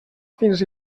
fins